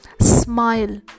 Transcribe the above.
smile